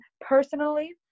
personally